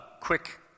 quick